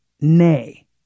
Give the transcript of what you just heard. nay